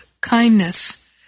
kindness